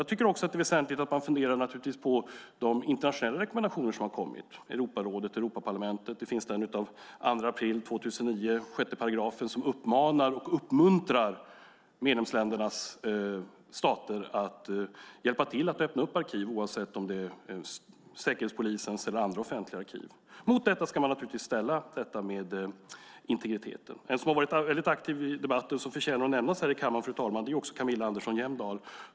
Jag tycker också att det är väsentligt att man funderar på de internationella rekommendationer som har kommit, från Europarådet och Europaparlamentet. Det finns en från den 2 april 2009, 6 §, som uppmanar och uppmuntrar medlemsländernas stater att hjälpa till att öppna arkiv oavsett om det är Säkerhetspolisens eller andra, offentliga arkiv. Mot detta ska man naturligtvis ställa detta med integriteten. En som har varit väldigt aktiv i debatten och som förtjänar att nämnas här i kammaren, fru talman, är Camilla Andersson-Hjelmdahl.